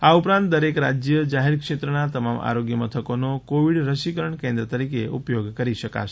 આ ઉપરાંત દરેક રાજ્ય જાહેર ક્ષેત્રના તમામ આરોગ્ય મથકોનો કોવિડ રસીકરણ કેન્દ્ર તરીકે ઉપયોગ કરી શકશે